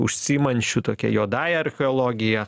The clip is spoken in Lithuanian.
užsiimančiu tokia juodąja archeologija